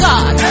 God